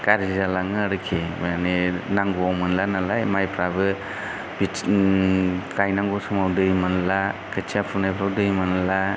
गाज्रि जालाङो आरोखि माने नांगौआव मोनला नालाय मायफ्राबो बिदिनो गायनांगौ समाव दै मोनला खोथिया फुनायफ्राव दै मोनला